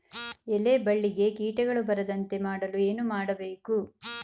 ಎಲೆ ಬಳ್ಳಿಗೆ ಕೀಟಗಳು ಬರದಂತೆ ಮಾಡಲು ಏನು ಮಾಡಬೇಕು?